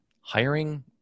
hiring